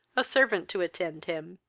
a servant to attend him,